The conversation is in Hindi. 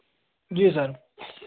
जी सर